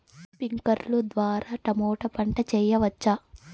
స్ప్రింక్లర్లు ద్వారా టమోటా పంట చేయవచ్చా?